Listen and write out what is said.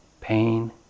pain